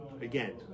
again